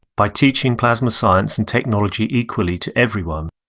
by teaching plasma science and technology equally to everyone,